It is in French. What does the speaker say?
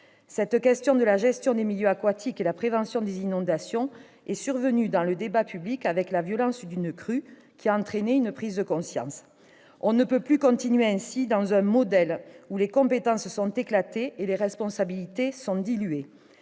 Cette question de la gestion des milieux aquatiques et la prévention des inondations est survenue dans le débat public en raison de la violence d'une crue qui a entraîné une prise de conscience. Il faut mettre fin à un modèle où les compétences sont éclatées et les responsabilités sont diluées.